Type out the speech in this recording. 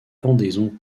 pendaison